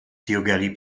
diogelu